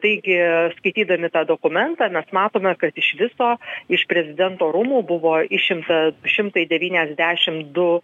taigi skaitydami tą dokumentą mes matome kad iš viso iš prezidento rūmų buvo išimta šimtai devyniasdešim du